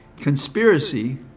conspiracy